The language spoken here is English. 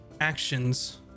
actions